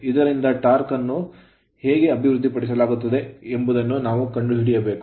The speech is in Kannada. ಇದರಿಂದ torque ಟಾರ್ಕ್ ಅನ್ನು ಹೇಗೆ ಅಭಿವೃದ್ಧಿಪಡಿಸಲಾಗುತ್ತದೆ ಎಂಬುದನ್ನು ನಾವು ಕಂಡುಹಿಡಿಯಬಹುದು